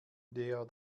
der